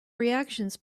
reactions